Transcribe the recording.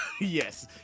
yes